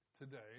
today